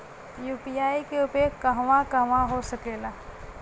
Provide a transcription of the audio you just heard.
UPI के उपयोग कहवा कहवा हो सकेला?